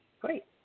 great